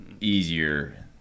easier